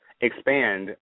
expand